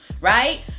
right